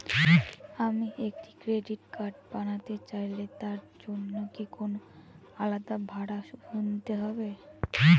আমি একটি credit card বানাতে চাইলে তার জন্য কি কোনো আলাদা ভাড়া গুনতে হবে?